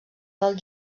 del